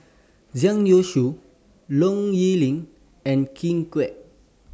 Zhang Youshuo Low Yen Ling and Ken Kwek